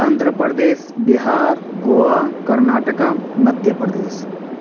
Andhra Pradesh Bihar Goa Karnataka Madhya Pradesh